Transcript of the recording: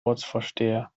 ortsvorsteher